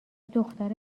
دختر